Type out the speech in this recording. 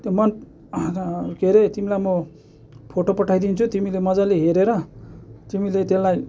त्यो मन के अरे तिमीलाई म फोटो पठाइ दिन्छु तिमीले मजाले हेरेर तिमीले त्यसलाई